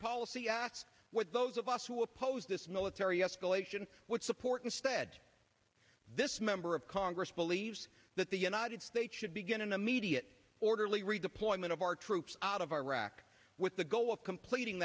policy act with those of us who oppose this military escalation would support instead this member of congress believes that the united states should begin an immediate orderly redeployment of our troops out of iraq with the goal of completing